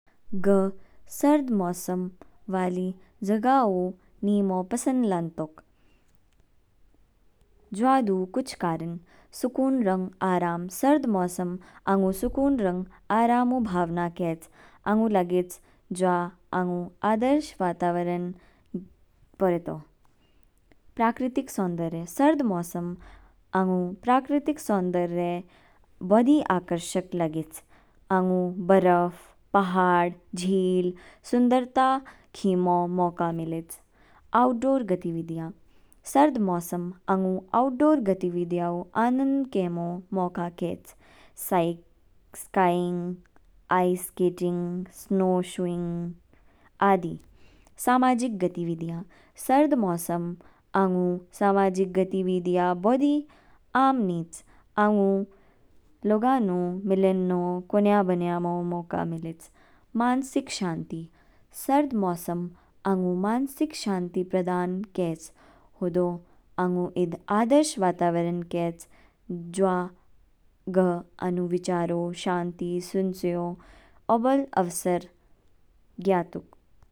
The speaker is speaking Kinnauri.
ग सर्द मौसम वाली जगहों निमौ पसंद लंतुक, जवा दू कुछ कारण। सुकून रंग आराम, सर्द मौसम आंगू, सुकून रंग आरामों भावना केच, आंगू लगेज ज्वा अंगू आदर्श वातावरण पोरेतो। प्राकृतिक सौंदर्य, सर्द मौसम आंगु प्राकृतिक सौंदर्य, बोदी आकर्षक लगेज, आंगु बरफ, पहाड़, झील सुंदरता खीमो मौका मिलेच। आउटडोर गतिविधियों, सर्द मौसम आंगू आउटडोर गतिविधियों, आनंद केमों मौका केच, skiing, ice skating, snow shoeing आदि। सामाजिक गतिविधियों, सर्द मौसम आंगु सामाजिक गतिविधियों बोदी आम निच, आंगु लोगानो मिलेनो, कोनया बनियामो मोका मिलेच । मानसिक शांति, सर्द मौसम आगू मानसिक शांति प्रधान कैच, होदो आगू ईद आदर्श वातावरण कैच। जवा ग आनु विचारों शांति सुनचयो ओबोल अवसर ग्यतोक।